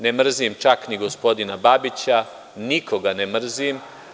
Ne mrzim čak ni gospodina Babića, nikoga ne mrzim.